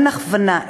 אין הכוונה,